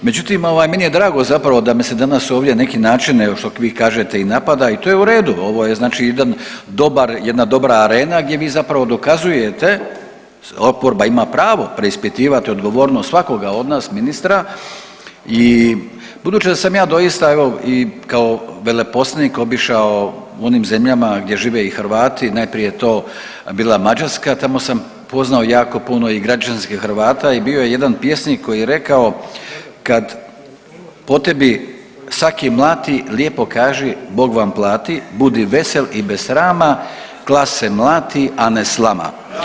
Međutim ovaj meni je drago zapravo da me se danas ovdje na neki način evo što vi kažete i napada i to je u redu, ovo je znači jedan dobar, jedna dobra arena gdje vi zapravo dokazujete, oporba ima pravo preispitivati odgovornost svakoga od nas ministra i budući da sam ja doista evo i kao veleposlanik obišao u onim zemljama gdje žive i Hrvati, najprije je to bila Mađarska, tamo sam upoznao jako puno i građanskih Hrvata i bio je jedan pjesnik koji je rekao kad po tebi saki mlati lijepo kaži Bog vam plati, budi vesel i bez srama, klase mlati, a ne slama.